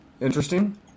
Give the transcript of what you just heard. Interesting